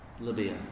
Libya